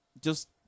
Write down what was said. just-